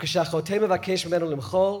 וכשהחוטא מבקש ממנו למחול,